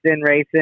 racing